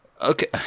Okay